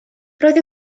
roedd